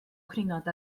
cwningod